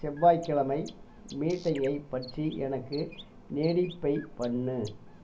செவ்வாய் கிழமை மீட்டிங்கை பற்றி எனக்கு நேடிஃபை பண்ணு